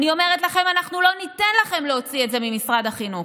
אני אומרת לכם: אנחנו לא ניתן לכם להוציא את זה ממשרד החינוך.